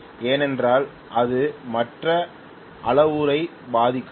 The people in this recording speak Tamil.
ஏனென்றால் அது மற்ற அளவுருவைப் பாதிக்காது